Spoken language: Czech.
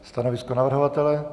Stanovisko navrhovatele?